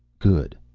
good.